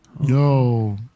Yo